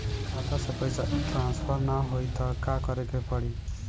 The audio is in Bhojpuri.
खाता से पैसा ट्रासर्फर न होई त का करे के पड़ी?